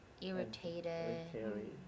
Irritated